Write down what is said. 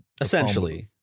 Essentially